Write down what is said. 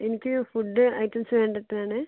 എനിക്ക് food items വേണ്ടീട്ടാണ്